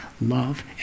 love